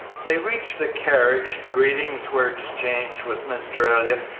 they reached the carriage, greetings were exchanged with mr. elliott,